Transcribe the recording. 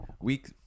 week